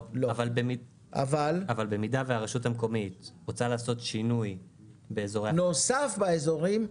אבל במידה והרשות המקומית רוצה לעשות שינוי באזורי --- נוסף באזורים,